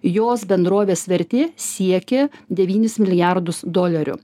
jos bendrovės vertė siekė devynis milijardus dolerių